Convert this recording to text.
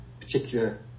particular